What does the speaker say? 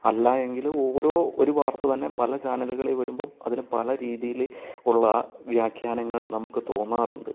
അല്ല എങ്കിലും ഓരോ ഒരു വാർത്ത തന്നെ പല ചാനലുകളിൽ വരുമ്പം അതിന് പല രീതിയിൽ ഉള്ള വ്യാഖ്യാനങ്ങൾ നമുക്ക് തോന്നാറുണ്ട്